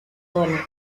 donna